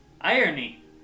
Irony